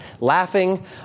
laughing